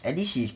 at least he